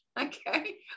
okay